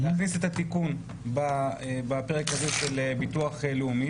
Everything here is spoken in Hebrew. להכניס את התיקון בפרק הזה של ביטוח לאומי